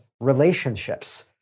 relationships